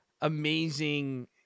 amazing